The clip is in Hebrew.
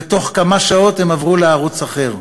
ובתוך כמה שעות הם עברו לערוץ אחר,